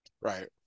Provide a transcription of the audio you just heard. Right